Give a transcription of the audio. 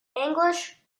english